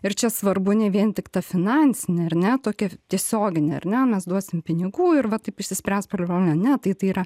ir čia svarbu ne vien tik ta finansinė ar ne tokia tiesioginė ar ne mes duosim pinigų ir va taip išsispręs problema ne tai tai yra